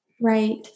Right